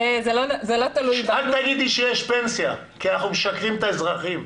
זו לא תלוי ב --- אל תגידי שיש פנסיה כי אנחנו משקרים את האזרחים.